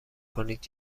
کنید